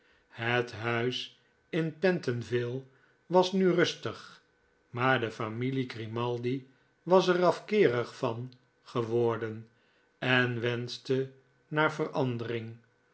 het huis in pentonville was nu rustig maar de familie grimaldi was er afkeerig van geworden en wenschte naar verandering